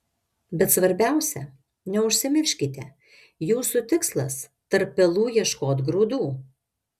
bet svarbiausia neužsimirškite jūsų tikslas tarp pelų ieškot grūdų